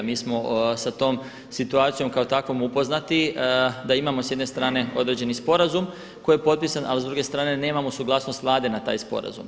Mi smo sa tom situacijom kao takvi upoznati da imamo s jedne strane određeni sporazum koji je potpisan, a s druge strane nemamo suglasnost Vlade na taj sporazum.